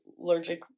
allergic